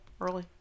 early